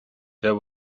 there